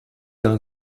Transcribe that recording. d’un